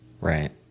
Right